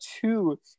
Two